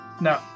No